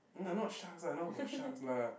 no not sharks lah not about sharks lah